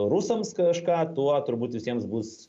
rusams kažką tuo turbūt visiems bus